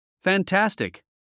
Fantastic